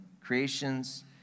creations